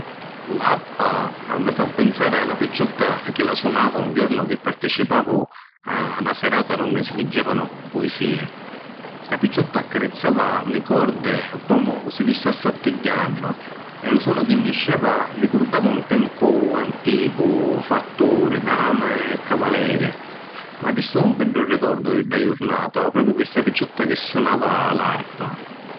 L’arpa mi fa pinsari a na picciotta chi la sunava un jornu chi participavu a na sirata d’unni si liggevanu puisii. Sta picciotta accarizzava li cordi comu si li stassi attigghiànnu e lu sonu chi nisceva rigurdava un tempu anticu fattu di dami e cavaleri. M’arristò un beddu rigordu di dda jurnata, propiu pi sta picciotta chi sunava l’arpa.